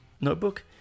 notebook